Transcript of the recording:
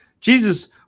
Jesus